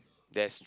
yes